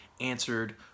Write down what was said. answered